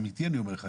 אמיתי אני אומר לך.